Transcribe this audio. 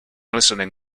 listening